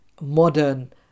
Modern